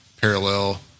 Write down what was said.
parallel